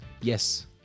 Yes